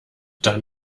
dann